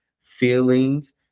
feelings